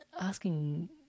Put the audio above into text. Asking